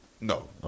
No